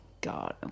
God